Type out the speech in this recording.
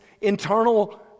internal